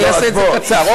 אעשה את זה קצר.